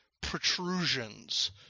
protrusions